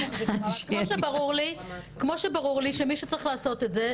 כמו שברור לי שמי שצריך לעשות את זה,